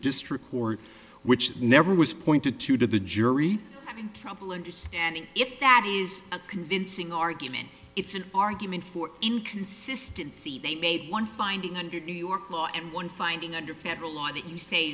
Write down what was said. district court which never was pointed to to the jury trouble understanding if that is a convincing argument it's an argument for inconsistency they made one finding a new york law and one finding under federal law that you say